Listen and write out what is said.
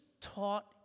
taught